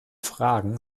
fragen